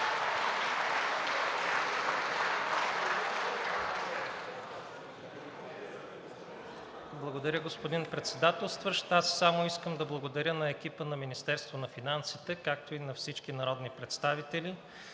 Благодаря, господин Председателстващ. Аз само искам да благодаря на екипа на Министерството на финансите, както и на всички народни представители,